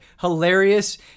hilarious